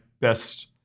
best